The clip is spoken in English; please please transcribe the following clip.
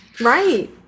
Right